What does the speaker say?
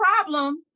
problem